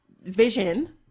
vision